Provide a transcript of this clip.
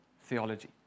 theology